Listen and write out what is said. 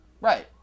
Right